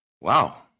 Wow